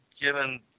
given